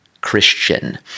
Christian